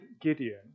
Gideon